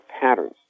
patterns